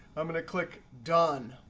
i'm going to click done.